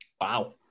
Wow